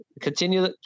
continue